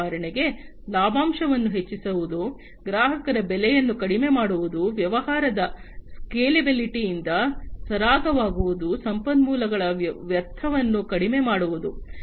ಉದಾಹರಣೆಗೆ ಲಾಭಾಂಶವನ್ನು ಹೆಚ್ಚಿಸುವುದು ಗ್ರಾಹಕರ ಬೆಲೆಯನ್ನು ಕಡಿಮೆ ಮಾಡುವುದು ವ್ಯವಹಾರದ ಸ್ಕೇಲೆಬಿಲಿಟಿ ಯಿಂದ ಸರಾಗವಾಗುವುದು ಸಂಪನ್ಮೂಲಗಳ ವ್ಯರ್ಥವನ್ನು ಕಡಿಮೆ ಮಾಡುವುದು